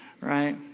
Right